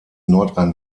nordrhein